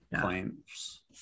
claims